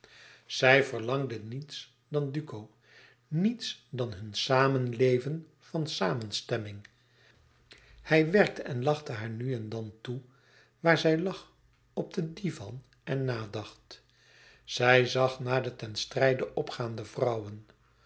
zij verlangde niets dan duco niets dan hun samenleven van samenstemming hij werkte en lachte haar nu en dan toe waar zij lag op den divan en nadacht zij zag naar de ten strijde opgaande vrouwen